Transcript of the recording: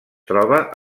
troba